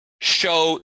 show